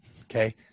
Okay